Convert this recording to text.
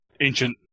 ancient